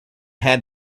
had